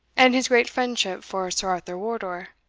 and his great friendship for sir arthur wardour